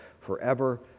forever